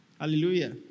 Hallelujah